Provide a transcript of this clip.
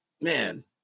man